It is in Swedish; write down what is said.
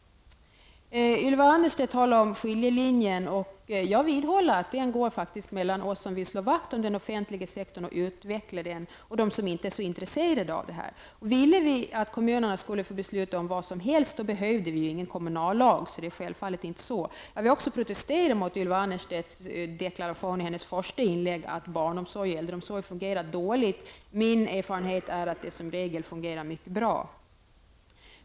Ylva Annerstedt talar om skiljelinjen, och jag vidhåller att den går mellan oss som vill slå vakt om och utveckla den offentliga sektorn, och dem som inte är så intresserade av detta. Ville vi att kommunerna skulle få besluta om vad som helst, så behövde vi ju ingen kommunallag. Jag vill också protestera mot Ylva Annerstedts deklaration i hennes första inlägg, att barnomsorg och äldreomsorg fungerar dåligt. Min erfarenhet är att det som regel fungerar mycket bra.